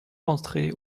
entrer